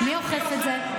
מי אוכף את זה?